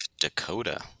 Dakota